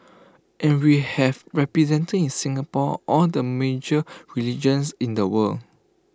and we have represented in Singapore all the major religions in the world